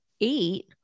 eight